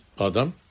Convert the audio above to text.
adam